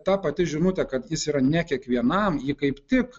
ta pati žinutė kad jis yra ne kiekvienam ji kaip tik